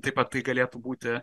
taip pat tai galėtų būti